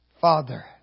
Father